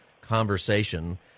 conversation